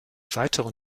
weitere